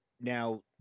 Now